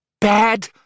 Bad